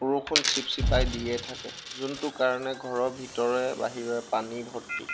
বৰষুণ চিপচিপাই দিয়ে থাকে যোনটোৰ কাৰণে ঘৰৰ ভিতৰে বাহিৰে পানী ভৰ্তি